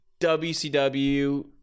WCW